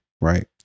right